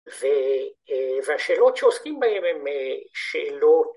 ‫והשאלות שעוסקים בהן הן שאלות...